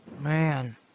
Man